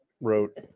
wrote